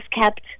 kept